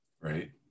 right